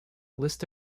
list